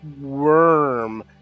worm